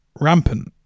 rampant